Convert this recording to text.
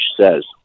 says